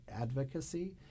advocacy